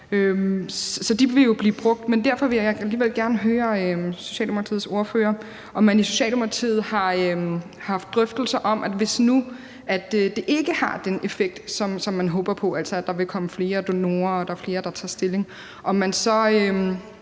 og de vil jo blive brugt. Men derfor vil jeg alligevel gerne høre Socialdemokratiets ordfører, om man i Socialdemokratiet har haft drøftelser om, hvis nu det ikke har den effekt, som man håber på, altså at der vil komme flere donorer, og at der er flere, der tager stilling, om man så